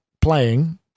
playing